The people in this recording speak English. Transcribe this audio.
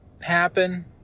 happen